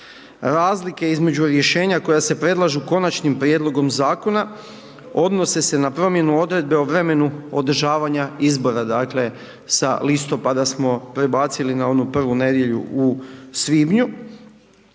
Razlike između rješenja koja se predlažu konačnim prijedlogom zakona odnose se na promjenu odredbe o vremenu održavanju izbora, dakle sa listopada smo prebacili na onu prvu nedjelju u svibnju.